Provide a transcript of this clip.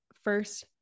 first